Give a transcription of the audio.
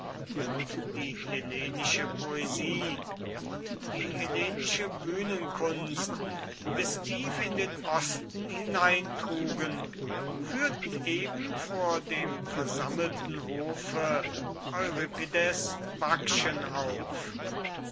und die hellenische poesie und die hellenische bühnenkunst bis tief in den osten hineintrugen führten eben vor dem versammelten hofe euripides bakchen auf